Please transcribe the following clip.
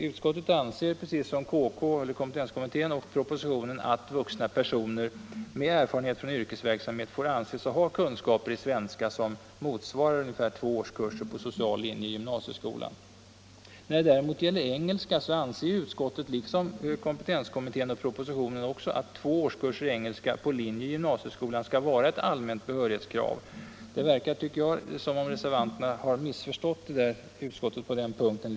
Utskottet anser precis som kompetenskommittén och propositionen att vuxna personer med erfarenhet från yrkesverksamhet får anses ha kunskaper i svenska som ungefär motsvarar två årskurser på social linje i gymnasieskolan. När det däremot gäller engelska anser utskottet liksom kompetenskommittén och även propositionen att två årskurser i engelska på linje i gymnasieskolan skall vara ett allmänt behörighetskrav. Jag tycker det verkar som om reservanterna missförstått utskottet på den punkten.